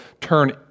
turn